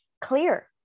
clear